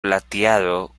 plateado